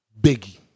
Biggie